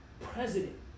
president